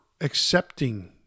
accepting